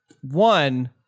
one